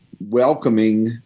welcoming